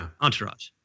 Entourage